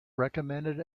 recommended